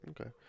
Okay